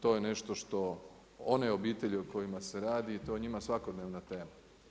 To je nešto što one obitelji o kojima se radi i to je njima svakodnevna tema.